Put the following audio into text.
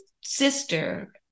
sister